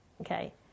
okay